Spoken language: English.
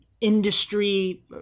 industry